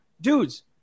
Dudes